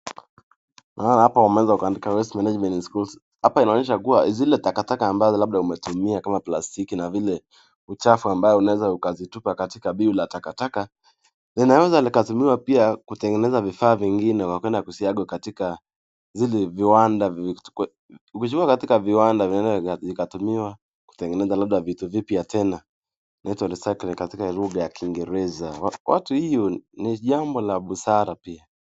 Naona hapa wanaweza ukaandika waste management in schools . Hapa inaonyesha kuwa zile takataka ambazo labda umetumia kama plastiki na ule uchafu ambao unaweza ukazitupa katika biu la takataka. Linaweza likatumiwa pia kutengeneza vifaa vingine kwa kuenda kusiagwo katika zile viwanda ukichukua katika viwanda linaweza likatumiwa kutengeneza labda vitu vipya tena. Inaitwa recycling katika lugha ya kiingereza. Watu hii ni jambo la busara pia.